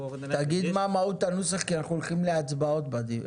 תגיד מה מהות הנוסח כי אנחנו הולכים להצבעות בדיון הבא.